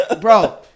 bro